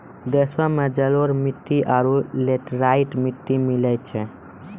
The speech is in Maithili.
देशो मे जलोढ़ मट्टी आरु लेटेराइट मट्टी मिलै छै